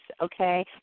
okay